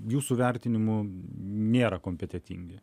jūsų vertinimu nėra kompetentingi